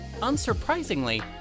Unsurprisingly